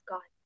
God